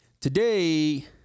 today